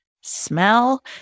smell